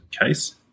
case